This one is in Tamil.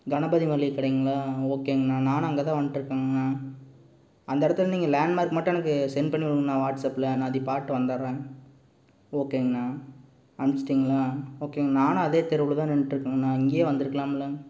கணபதி மளிகை கடைங்களா ஓகேங்கண்ணா நானும் அங்கேதான் வந்துட்டு இருக்கேங்கண்ணா அந்த இடத்துல நீங்கள் லேண்ட்மார்க் மட்டும் எனக்கு செண்ட் பண்ணி விடுங்கண்ணா வாட்ஸப்ல நான் அதை பார்த்துட்டு வந்தடுறேன் ஓகேங்கண்ணா அமிச்சுட்டீங்களா ஓகேங்கண்ணா நானும் அதே தெருவில் தான் நின்றுட்டு இருக்கேங்கண்ணா இங்கேயே வந்துருக்கலாம்லங்க